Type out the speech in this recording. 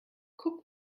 guck